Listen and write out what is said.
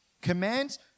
Commands